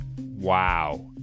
Wow